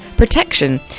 protection